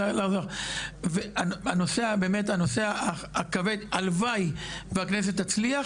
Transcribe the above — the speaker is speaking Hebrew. הנושא הכבד הלוואי והכנסת תצליח